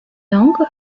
longue